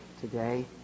today